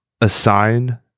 assign